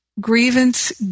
grievance